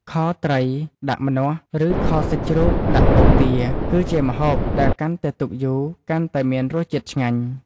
ខត្រីដាក់ម្នាស់ ឬខសាច់ជ្រូកដាក់ពងទា គឺជាម្ហូបដែលកាន់តែទុកយូរកាន់តែមានរសជាតិឆ្ងាញ់។